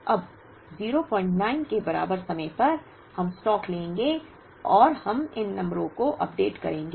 अब 09 के बराबर समय पर हम स्टॉक लेंगे और हम इन नंबरों को अपडेट करेंगे